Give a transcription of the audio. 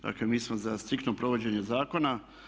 Dakle, mi smo za striktno provođenje zakona.